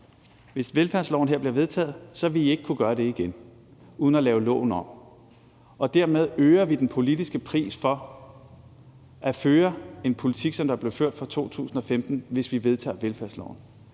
Hvis velfærdsloven her bliver vedtaget, vil I ikke kunne gøre det igen uden at lave loven om, og dermed øger vi den politiske pris for at føre en politik, som der blev ført fra 2015, hvis vi vedtager velfærdsloven.